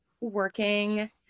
working